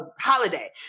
holiday